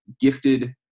gifted